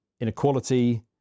inequality